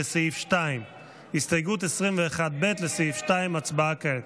לסעיף 2. הסתייגות 21 לחלופין ב לא נתקבלה.